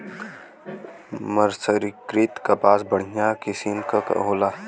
मर्सरीकृत कपास बढ़िया किसिम क होला